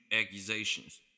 accusations